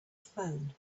phone